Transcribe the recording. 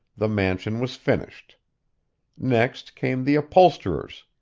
the mansion was finished next came the upholsterers,